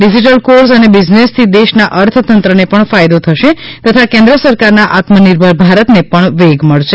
digital course અને બિઝનેસથી દેશના અર્થતંત્રને પણ ફાયદો થશે તથા કેન્દ્ર સરકારના આત્મનિર્ભર ભારતને પણ વેગ મળશે